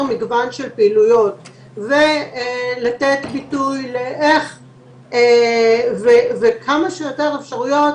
מגוון של פעילויות ולתת ביטוי לכמה שיותר אפשרויות